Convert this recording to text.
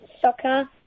soccer